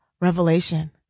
Revelation